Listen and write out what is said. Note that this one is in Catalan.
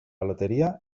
loteria